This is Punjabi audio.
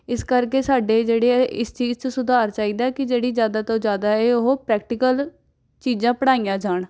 ਇਸ ਕਰਕੇ ਸਾਡੇ ਜਿਹੜੇ ਹੈ ਇਸ ਚੀਜ਼ 'ਚ ਸੁਧਾਰ ਚਾਹੀਦਾ ਕਿ ਜਿਹੜੀ ਜ਼ਿਆਦਾ ਤੋਂ ਜ਼ਿਆਦਾ ਹੈ ਉਹ ਪ੍ਰੈਕਟੀਕਲ ਚੀਜ਼ਾਂ ਪੜ੍ਹਾਈਆਂ ਜਾਣ